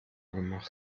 gemacht